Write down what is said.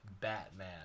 Batman